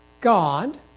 God